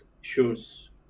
shoes